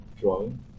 drawing